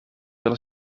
wil